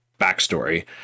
backstory